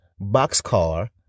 boxcar